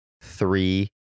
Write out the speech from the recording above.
three